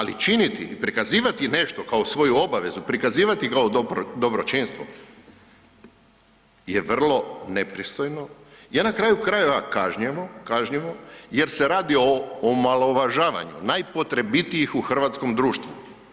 Ali, činiti, prikazivati nešto kao svoju obvezu, prikazivati kao dobročinstvo, je vrlo nepristojno, .../nerazumljivo/... na kraju krajeva kažnjivo jer se radi o omalovažavanju najpotrebitijih u hrvatskom društvu.